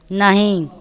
नहि